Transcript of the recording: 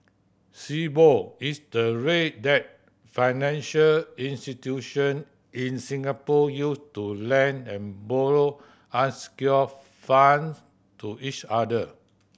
Sibor is the rate that financial institution in Singapore use to lend and borrow unsecured funds to each other